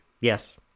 Yes